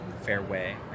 Fairway